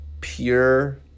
pure